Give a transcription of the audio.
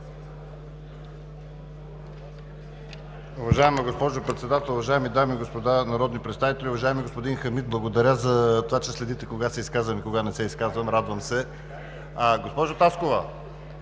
Уважаема госпожо Председател, уважаеми дами и господа народни представители! Уважаеми господин Хамид, благодаря за това, че следите кога се изказвам и кога не се изказвам. Радвам се. Госпожо Таскова,